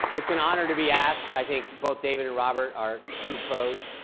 it's an honor to be asked. i think both david and robert are true pros.